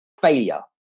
failure